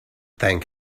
thank